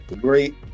Great